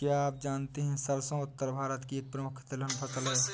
क्या आप जानते है सरसों उत्तर भारत की एक प्रमुख तिलहन फसल है?